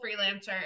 freelancer